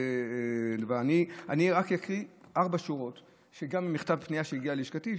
אני רק אקריא ארבע שורות גם ממכתב פנייה שהגיע לשכתי,